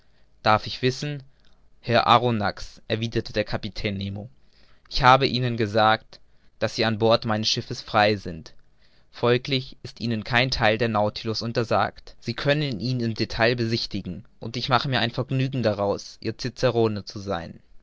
darf ich wissen herr arronax erwiderte der kapitän nemo ich hab ihnen gesagt daß sie an bord meines schiffes frei sind folglich ist ihnen kein theil des nautilus untersagt sie können ihn im detail besichtigen und ich mache mir ein vergnügen daraus ihr cicerone zu sein